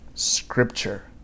Scripture